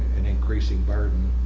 an increasing burden.